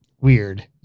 weird